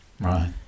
right